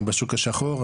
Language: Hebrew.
בשוק השחור,